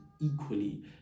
equally